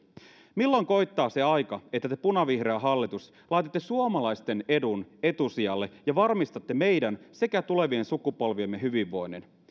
milloin koittaa se aika että te punavihreä hallitus laitatte suomalaisten edun etusijalle ja varmistatte meidän sekä tulevien sukupolviemme hyvinvoinnin